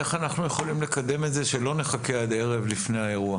איך אנחנו יכולים לקדם את זה שלא נחכה עד ערב האירוע?